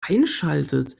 einschaltet